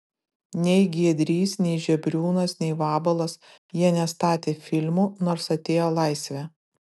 nei giedrys nei žebriūnas nei vabalas jie nestatė filmų nors atėjo laisvė